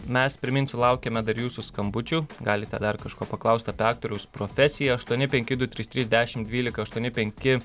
mes priminsiu laukiame dar jūsų skambučių galite dar kažko paklausti apie aktoriaus profesiją aštuoni penki du trys trys dešimt dvylika aštuoni penki